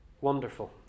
Wonderful